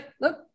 look